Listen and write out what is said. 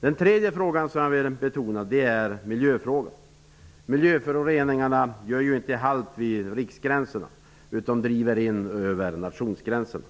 För det tredje gör miljöföroreningarna inte halt vid riksgränserna, utan de driver in över nationsgränserna.